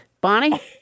Bonnie